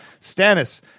Stannis